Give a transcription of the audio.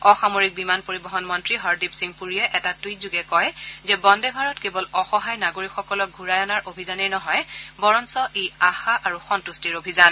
অসামৰিক বিমান পৰিবহণ মন্ত্ৰী হৰদীপ সিং পুৰীয়ে এটা টুইটযোগে কয় যে বন্দে ভাৰত কেৱল অসহায় নাগৰিকসকলক ঘূৰাই অনাৰ অভিযানেই নহয় বৰঞ্চ ই আশা আৰু সম্বুষ্টিৰ অভিযান